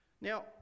now